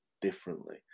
differently